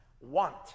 want